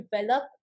develop